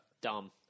Dumb